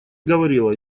говорила